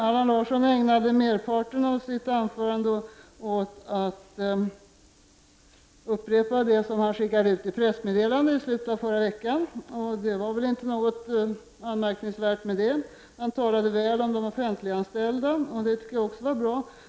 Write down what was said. Allan Larsson ägnade merparten av sitt anförande åt att upprepa det som han skickade ut i ett pressmeddelande i slutet av förra veckan. Det var väl inte något anmärkningsvärt med det. Han talade väl om de offentligan ställda, och det tycker jag också var bra.